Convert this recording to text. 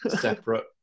separate